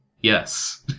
yes